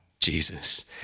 Jesus